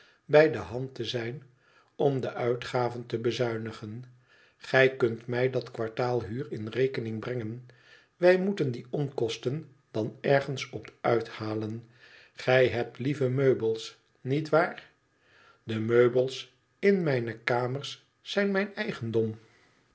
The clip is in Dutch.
bij de hand te zijn om de uitgaven te bezuinigen gij kunt mij dat kwartaal huur in rekening brengen wij moeten die onkosten dan ergens op uithalen gij hebt lieve meubels niet waar de meubels in mijne kamers zijn mijn eigendom